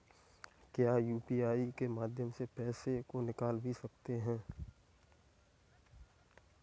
क्या यू.पी.आई के माध्यम से पैसे को निकाल भी सकते हैं?